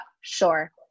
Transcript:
Sure